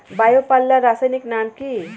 Bio পাল্লার রাসায়নিক নাম কি?